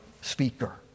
speaker